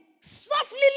softly